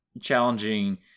challenging